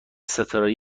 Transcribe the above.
ستاره